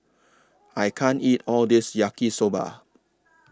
I can't eat All This Yaki Soba